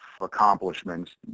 accomplishments